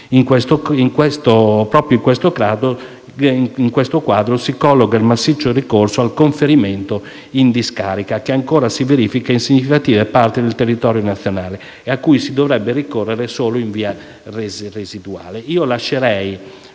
in questo quadro si colloca il massiccio ricorso al conferimento in discarica che ancora si verifica in significative parti del territorio nazionale e a cui si dovrebbe ricorrere solo in via residuale.